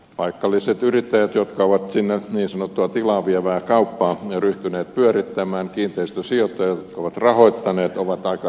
paikalliset yrittäjät jotka ovat siellä niin sanottua tilaa vievää kauppaa ryhtyneet pyörittämään ja kiinteistösijoittajat jotka ovat rahoittaneet ovat aika ihmeissään